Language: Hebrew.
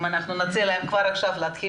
אם אנחנו נציע להם כבר עכשיו להתחיל